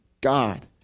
God